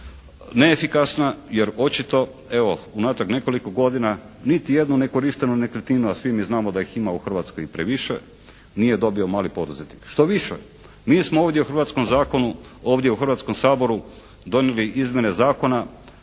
neefikasna jer očito evo unatrag nekoliko godina niti jednu nekorištenu nekretninu, a svi mi znamo da ih ima u Hrvatskoj i previše nije dobio mali poduzetnik. Štoviše, mi smo ovdje u hrvatskom zakonu, ovdje u Hrvatskom saboru donijeli izmjene zakona